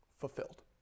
Fulfilled